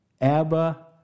Abba